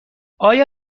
آیا